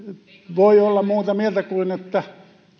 voi olla muuta mieltä kuin että